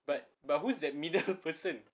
but but whose that middle person